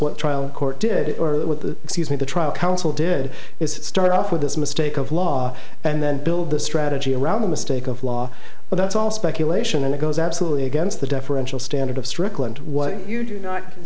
what trial court did with the excuse me the trial counsel did it start off with this mistake of law and then build the strategy around the mistake of law but that's all speculation and it goes absolutely against the deferential standard of strickland what you do not